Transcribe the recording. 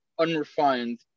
unrefined